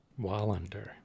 wallander